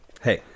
Hey